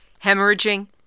hemorrhaging